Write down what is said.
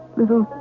little